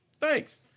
Thanks